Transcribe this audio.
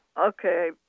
Okay